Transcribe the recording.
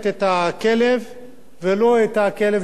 ולא הכלב שנושך את הפרה.